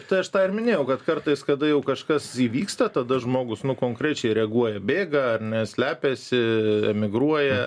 tai aš tą ir minėjau kad kartais kada jau kažkas įvyksta tada žmogus nu konkrečiai reaguoja bėga ar ne slepiasi emigruoja